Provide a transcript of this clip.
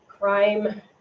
crime